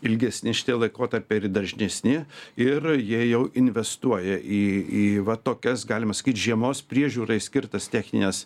ilgesni šitie laikotarpiai ir dažnesni ir jie jau investuoja į į va tokias galima sakyt žiemos priežiūrai skirtas technines